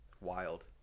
Wild